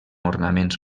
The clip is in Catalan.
ornaments